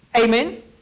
Amen